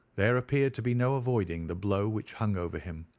there appeared to be no avoiding the blow which hung over him.